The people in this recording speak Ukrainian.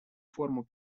форму